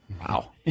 Wow